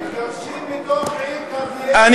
מגרשים מתוך העיר כרמיאל,